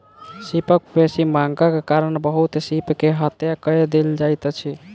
सीपक बेसी मांगक कारण बहुत सीप के हत्या कय देल जाइत अछि